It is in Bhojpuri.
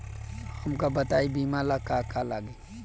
हमका बताई बीमा ला का का लागी?